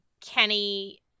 Kenny